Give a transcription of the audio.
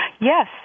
yes